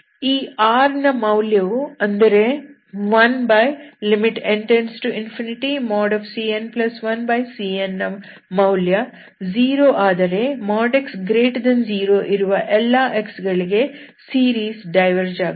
ಈ R ನ ಮೌಲ್ಯವು ಅಂದರೆ 1n→∞cn1cn ನ ಮೌಲ್ಯ 0 ಆದರೆ |x| 0 ಇರುವ ಎಲ್ಲಾ x ಗಳಿಗೆ ಸೀರೀಸ್ ಡೈವರ್ಜ್ ಆಗುತ್ತದೆ